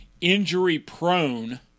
injury-prone